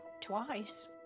twice